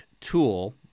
tool